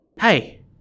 Hey